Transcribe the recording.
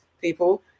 people